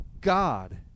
God